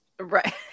Right